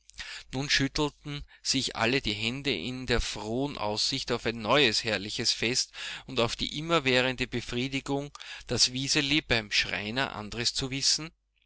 nun schüttelten sich alle die hände in der frohen aussicht auf ein neues herrliches fest und auf die immerwährende befriedigung das wiseli beim schreiner andres zu wissen